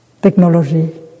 Technology